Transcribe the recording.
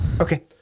Okay